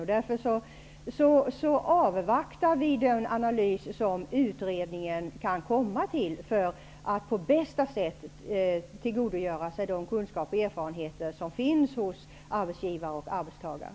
Vi avvaktar därför den analys som utredningen kommer fram till för att på bästa sätt tillgodogöra sig de kunskaper och erfarenheter som finns hos arbetsgivare och arbetstagare.